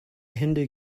hindu